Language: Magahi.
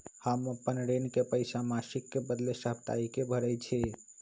हम अपन ऋण के पइसा मासिक के बदले साप्ताहिके भरई छी